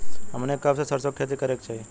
हमनी के कब सरसो क खेती करे के चाही?